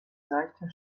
seichte